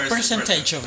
percentage